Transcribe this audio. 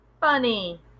funny